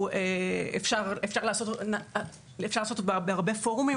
אפשר לעשות אותו בהרבה פורומים.